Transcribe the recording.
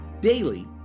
daily